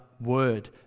Word